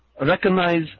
recognize